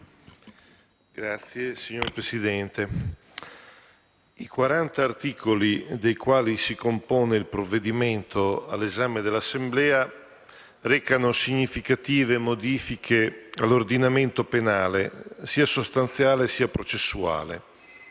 i 40 articoli dei quali si compone il provvedimento all'esame dell'Assemblea recano significative modifiche all'ordinamento penale, sia sostanziale sia processuale.